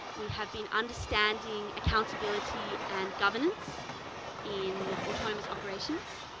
we have been understanding accountability and governance in autonomous operations.